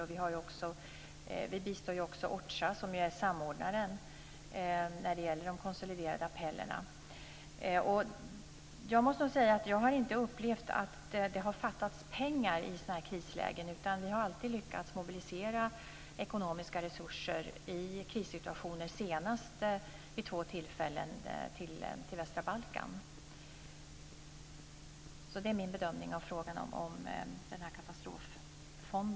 Vi bistår också OCHA, som samordnar de konsoliderade appellerna. Jag har inte upplevt att det i sådana här krislägen har fattats pengar, utan vi har alltid lyckats mobilisera ekonomiska resurser i krissituationer, senast vid två tillfällen till västra Balkan. Det är min bedömning av frågan om en katastroffond.